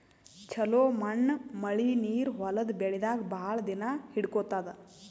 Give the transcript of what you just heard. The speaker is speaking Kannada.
ಛಲೋ ಮಣ್ಣ್ ಮಳಿ ನೀರ್ ಹೊಲದ್ ಬೆಳಿದಾಗ್ ಭಾಳ್ ದಿನಾ ಹಿಡ್ಕೋತದ್